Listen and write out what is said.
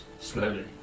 slowly